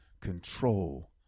control